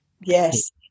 Yes